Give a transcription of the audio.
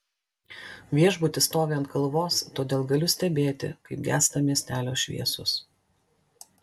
viešbutis stovi ant kalvos todėl galiu stebėti kaip gęsta miestelio šviesos